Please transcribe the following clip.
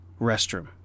restroom